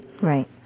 Right